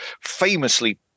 famously